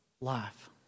life